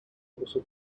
also